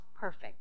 perfect